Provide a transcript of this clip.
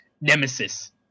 nemesis